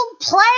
play